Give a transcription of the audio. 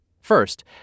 First